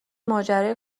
ماجرای